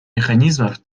механизмов